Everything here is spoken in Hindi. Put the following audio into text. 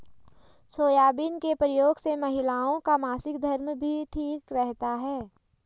सोयाबीन के प्रयोग से महिलाओं का मासिक धर्म भी ठीक रहता है